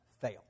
fail